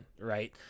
right